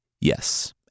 Yes